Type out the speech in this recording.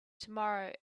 tomorrow